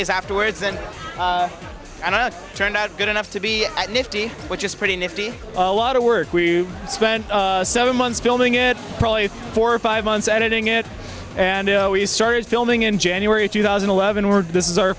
days afterwards and and i turned out good enough to be nifty which is pretty nifty a lot of work we spent so months filming it probably four or five months editing it and we started filming in january two thousand and eleven or this is our